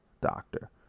doctor